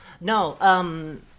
No